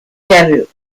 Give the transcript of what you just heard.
peru